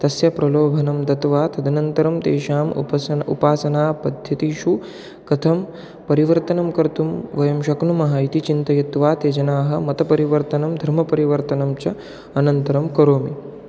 तस्य प्रलोभनं दत्वा तदनन्तरं तेषाम् उपासनम् उपासनापद्धतिषु कथं परिवर्तनं कर्तुं वयं शक्नुमः इति चिन्तयित्वा ते जनाः मतपरिवर्तनं धर्मपरिवर्तनं च अनन्तरं करोमि